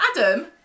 Adam